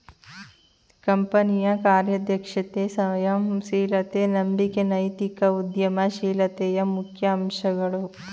ಕಂಪನಿಯ ಕಾರ್ಯದಕ್ಷತೆ, ಸಂಯಮ ಶೀಲತೆ, ನಂಬಿಕೆ ನೈತಿಕ ಉದ್ಯಮ ಶೀಲತೆಯ ಮುಖ್ಯ ಅಂಶಗಳು